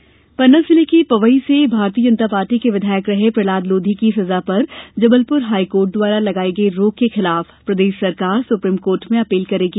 भाजपा लोधी पन्ना जिले के पवई से भारतीय जनता पार्टी के विधायक रहे प्रहलाद लोधी की सजा पर जबलपुर हाईकोर्ट द्वारा लगाई गई रोक के खिलाफ प्रदेश सरकार सुप्रीम कोर्ट में अपील करेगी